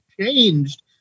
changed